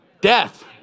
Death